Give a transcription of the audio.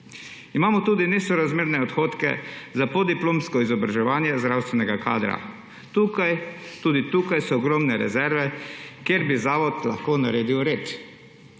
Imamo tudi nesorazmerne odhodke za podiplomsko izobraževanje zdravstvenega kadra. Tudi tu so ogromne rezerve, kjer bi zavod lahko naredil red.